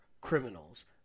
criminals